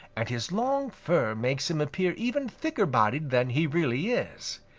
and his long fur makes him appear even thicker-bodied than he really is.